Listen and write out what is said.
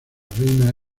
reina